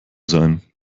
sein